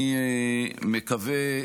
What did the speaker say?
אני מקווה,